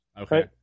okay